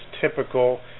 typical